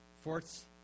forts